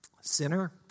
Sinner